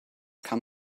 kann